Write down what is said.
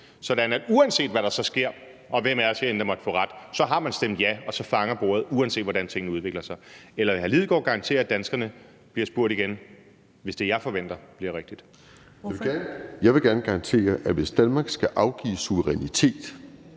sådan at uanset hvad der så sker, og hvem af os herinde, der måtte få ret, så har man stemt ja, og så fanger bordet, uanset hvordan tingene udvikler sig? Eller vil hr. Martin Lidegaard garantere, at danskerne bliver spurgt igen, hvis det, jeg forventer, bliver rigtig? Kl. 12:06 Første næstformand (Karen Ellemann):